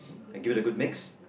I give it a good mix